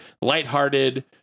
lighthearted